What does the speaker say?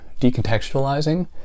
decontextualizing